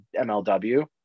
mlw